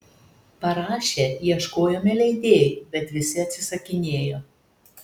parašę ieškojome leidėjų bet visi atsisakinėjo